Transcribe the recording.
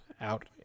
out